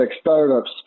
startups